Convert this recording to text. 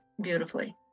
beautifully